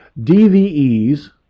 dve's